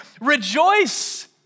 rejoice